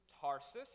Tarsus